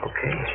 Okay